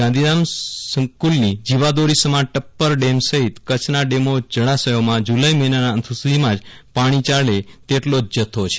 ગાંધીધામ સંકુલની જીવાદોરી સમા ટપ્પર ડેમ સહિત કચ્છના ડેમો જળાશયોમાં જુલાઇ મહિનાના અંત સુધીમાં જ પાણી યાલે તેટલો જ જથ્થો છે